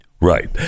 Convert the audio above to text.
Right